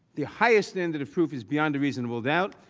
the highest standard of proof is beyond a reasonable doubt.